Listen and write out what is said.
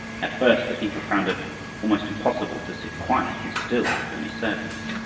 at first the people found it almost impossible to sit quiet and still during a service.